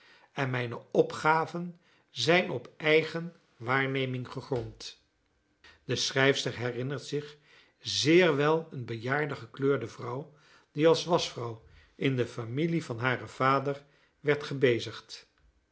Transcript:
en mijne opgaven zijn op eigene waarneming gegrond de schrijfster herinnert zich zeer wel eene bejaarde gekleurde vrouw die als waschvrouw in de familie van haren vader werd gebezigd